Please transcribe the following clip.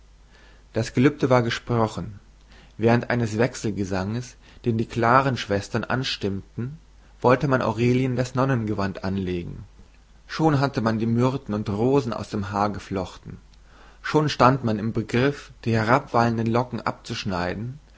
das gelübde war gesprochen während eines wechselgesanges den die klaren schwestern anstimmten wollte man aurelien das nonnengewand anlegen schon hatte man die myrten und rosen aus dem haar geflochten schon stand man im begriff die herabwallenden locken abzuschneiden